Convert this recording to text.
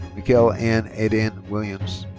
mikel-ann adayne williams.